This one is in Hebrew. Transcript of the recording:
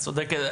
קבלה,